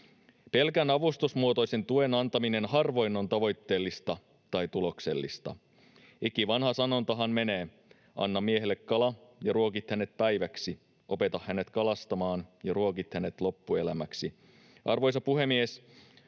Pelkän avustusmuotoisen tuen antaminen on harvoin tavoitteellista tai tuloksellista. Ikivanha sanontahan menee: anna miehelle kala ja ruokit hänet päiväksi, opeta hänet kalastamaan ja ruokit hänet loppuelämäksi. Arvoisa puhemies!